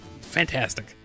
fantastic